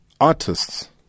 artists